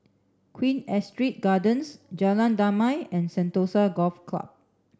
Queen Astrid Gardens Jalan Damai and Sentosa Golf Club